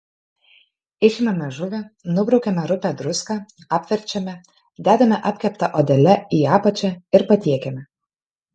išimame žuvį nubraukiame rupią druską apverčiame dedame apkepta odele į apačią ir patiekiame